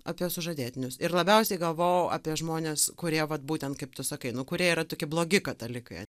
apie sužadėtinius ir labiausiai galvojau apie žmones kurie vat būtent kaip tu sakai nu kurie yra tokie blogi katalikai